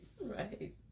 right